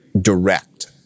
direct